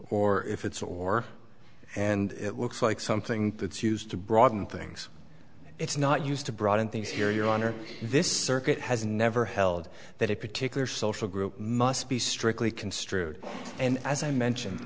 or if it's or and it looks like something that's used to broaden things it's not used to broaden things here your honor this circuit has never held that a particular social group must be strictly construed and as i mentioned